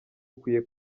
ukwiye